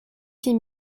six